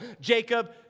Jacob